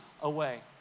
away